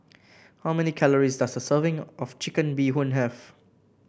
how many calories does a serving of Chicken Bee Hoon have